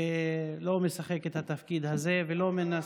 ולא משחק את התפקיד הזה, ולא מנסה,